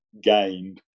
gained